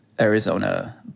Arizona